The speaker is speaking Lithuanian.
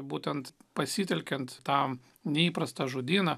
būtent pasitelkiant tam neįprastą žodyną